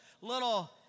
little